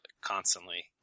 constantly